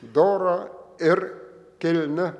dora ir kilni